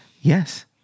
Yes